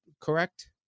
correct